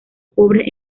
pobres